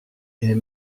est